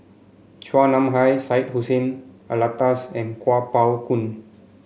Chua Nam Hai Syed Hussein Alatas and Kuo Pao Kun